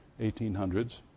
1800s